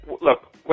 Look